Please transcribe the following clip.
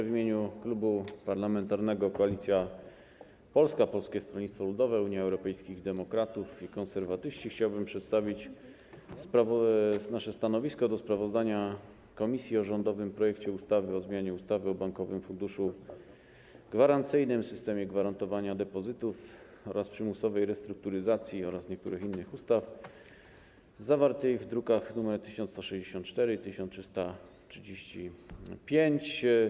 W imieniu Klubu Parlamentarnego Koalicja Polska - Polskie Stronnictwo Ludowe, Unia Europejskich Demokratów i Konserwatyści chciałbym przedstawić nasze stanowisko dotyczące sprawozdania komisji o rządowym projekcie ustawy o zmianie ustawy o Bankowym Funduszu Gwarancyjnym, systemie gwarantowania depozytów oraz przymusowej restrukturyzacji oraz niektórych innych ustaw, druki nr 1164 i 1335.